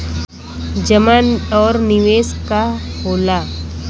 जमा और निवेश का होला?